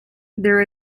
there